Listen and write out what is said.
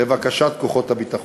לבקשת כוחות הביטחון.